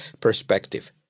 perspective